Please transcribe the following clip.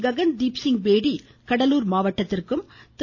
ககன்தீப்சிங் பேடி கடலூர் மாவட்டத்திற்கும் திரு